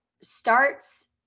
starts